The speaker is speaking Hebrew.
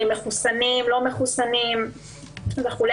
האם מחוסנים לא מחוסנים וכולי.